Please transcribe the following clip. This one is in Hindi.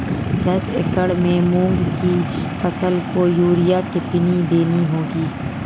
दस एकड़ में मूंग की फसल को यूरिया कितनी देनी होगी?